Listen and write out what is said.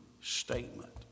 statement